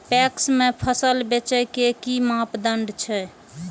PACS में फसल बेचे के कि मापदंड छै?